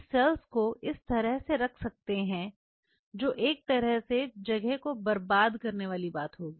कि सेल्स को इस तरह से रख सकते हैं जो एक तरह से जगह को बर्बाद करने वाली बात होगी